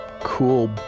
cool